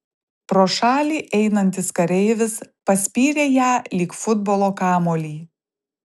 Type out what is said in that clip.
pro šalį einantis kareivis paspyrė ją lyg futbolo kamuolį